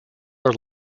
are